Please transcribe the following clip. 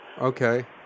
Okay